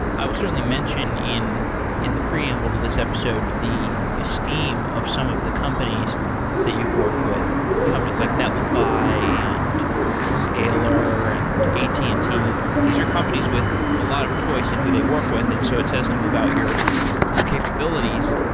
i'll certainly mention in in the preamble to this episode the esteem of some of the companies that you've worked with, companies like netlify, and scalar, and at and t, these are companies with a lot of choice in who they work with. and so it says something about your your capabilities.